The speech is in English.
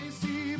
see